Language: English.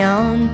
on